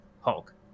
Hulk